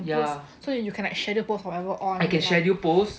so you can like schedule post or whatever all [one] lah